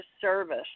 service